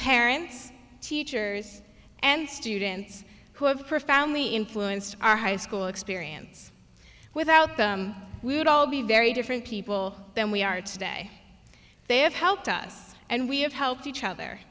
parents teachers and students who have profoundly influenced our high school experience without them we would all be very different people than we are today they have helped us and we have helped each other